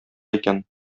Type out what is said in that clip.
икән